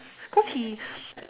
cause he